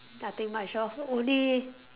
nothing much lor only